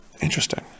Interesting